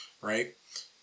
right